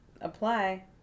apply